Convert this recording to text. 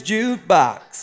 Jukebox